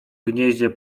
gnieździe